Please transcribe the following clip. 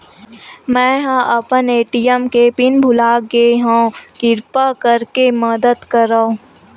मेंहा अपन ए.टी.एम के पिन भुला गए हव, किरपा करके मदद करव